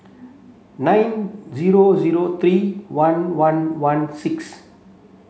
nine zero zero three one one one six